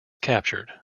captured